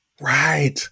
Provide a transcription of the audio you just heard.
right